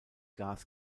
gas